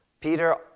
Peter